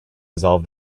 resolve